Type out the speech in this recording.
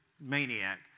maniac